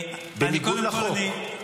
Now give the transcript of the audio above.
קודם כול --- בניגוד לחוק,